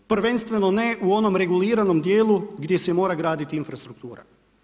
Prvenstveno ne u onom reguliranom dijelu gdje se mora graditi infrastruktura.